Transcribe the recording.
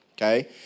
Okay